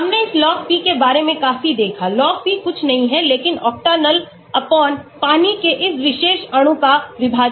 हमने इस Log P के बारे में काफी देखा Log P कुछ नहीं है लेकिन ऑक्टेनॉल पानी में इस विशेष अणु का विभाजन है